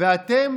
ואתם